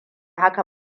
haka